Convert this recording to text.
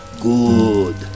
Good